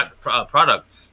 product